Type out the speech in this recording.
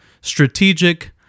strategic